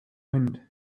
wind